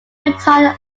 retired